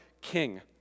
king